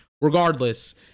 Regardless